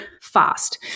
fast